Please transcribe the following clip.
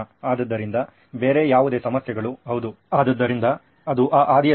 ಆದ್ದರಿಂದ ಬೇರೆ ಯಾವುದೇ ಸಮಸ್ಯೆಗಳು ಹೌದು ಆದ್ದರಿಂದ ಅದು ಆ ಹಾದಿಯಲ್ಲಿದೆ